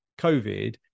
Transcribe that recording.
COVID